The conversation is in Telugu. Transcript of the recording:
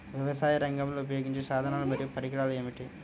వ్యవసాయరంగంలో ఉపయోగించే సాధనాలు మరియు పరికరాలు ఏమిటీ?